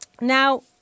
now